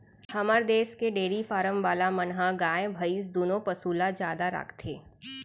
हमर देस के डेरी फारम वाला मन ह गाय भईंस दुनों पसु ल जादा राखथें